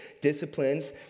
disciplines